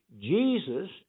Jesus